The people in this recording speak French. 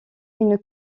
une